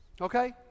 Okay